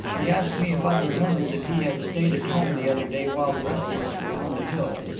he asked me if i remembered that he had stayed at home the other day while the rest of us were on the hill?